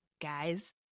guys